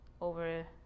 over